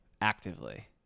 actively